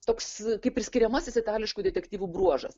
toks kaip ir skiriamasis itališkų detektyvų bruožas